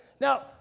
Now